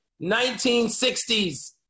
1960s